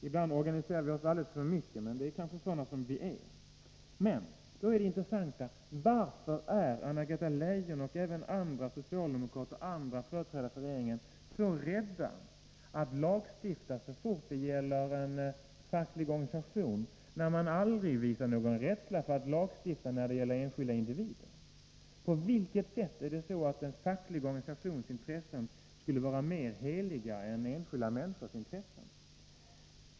Ibland organiserar vi oss alldeles för mycket, men vi kanske är sådana. Det intressanta är då: Varför är Anna-Greta Leijon, och även andra socialdemokrater och företrädare för regeringen, så rädda att lagstifta så fort det gäller en facklig organisation, när man aldrig visar någon rädsla för att lagstifta när det gäller enskilda individer? På vilket sätt skulle den fackliga organisationens intressen vara mer heliga än enskilda människors intressen?